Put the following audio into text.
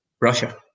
russia